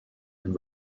and